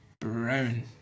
brown